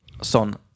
son